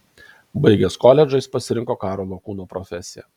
baigęs koledžą jis pasirinko karo lakūno profesiją